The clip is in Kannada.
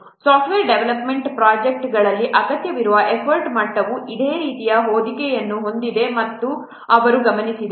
ಸಾಫ್ಟ್ವೇರ್ ಡೆವಲಪ್ಮೆಂಟ್ ಪ್ರೊಜೆಕ್ಟ್ಗಳಲ್ಲಿ ಅಗತ್ಯವಿರುವ ಎಫರ್ಟ್ ಮಟ್ಟವು ಇದೇ ರೀತಿಯ ಹೊದಿಕೆಯನ್ನು ಹೊಂದಿದೆ ಎಂದು ಅವರು ಗಮನಿಸಿದರು